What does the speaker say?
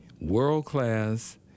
world-class